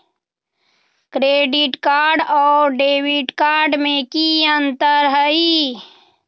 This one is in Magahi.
क्रेडिट कार्ड और डेबिट कार्ड में की अंतर हई?